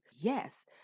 Yes